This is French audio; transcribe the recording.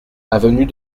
avenue